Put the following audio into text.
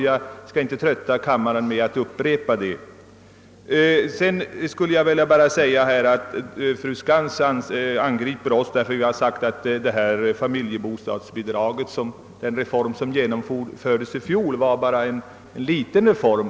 Jag vill inte trötta kammaren med en upprepning. Fru. Skantz angriper oss, därför att vi har sagt att: .den familjebostadsbidragsreform som: genomfördes i fjol bara var. en delreform.